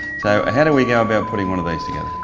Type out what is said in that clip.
so how do we go about putting one of these together?